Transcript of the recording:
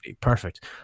Perfect